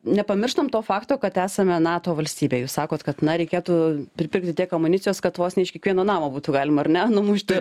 nepamirštam to fakto kad esame nato valstybė jūs sakot kad na reikėtų pripirkti tiek amunicijos kad vos ne iš kiekvieno namo būtų galima ar ne numušti